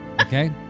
okay